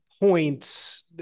points